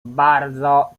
bardzo